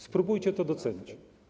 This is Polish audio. Spróbujcie to docenić.